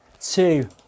two